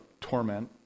torment